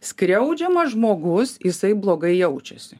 skriaudžiamas žmogus jisai blogai jaučiasi